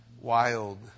wild